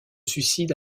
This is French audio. suicide